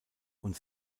und